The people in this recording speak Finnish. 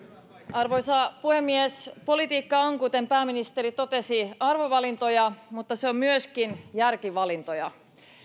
arvoisa puhemies politiikka on kuten pääministeri totesi arvovalintoja mutta se on myöskin järkivalintoja